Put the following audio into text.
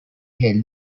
held